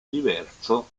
diverso